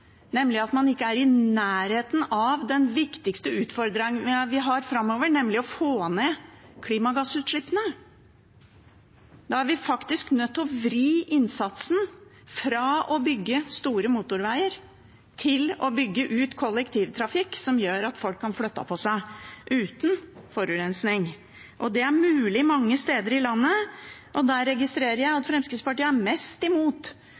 nemlig at man ikke er i nærheten av den viktigste utfordringen vi har framover, nemlig å få ned klimagassutslippene. Da er vi faktisk nødt til å vri innsatsen over fra å bygge store motorveger til å bygge ut kollektivtrafikk, som gjør at folk kan flytte på seg uten å forurense, og det er mulig mange steder i landet. Her registrerer jeg at Fremskrittspartiet er mest imot